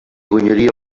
guanyaria